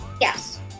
Yes